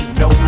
no